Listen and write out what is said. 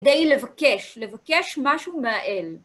כדי לבקש, לבקש משהו מהאל.